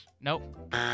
Nope